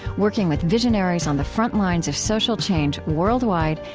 working with visionaries on the front lines of social change worldwide,